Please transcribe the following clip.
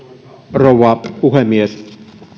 rouva puhemies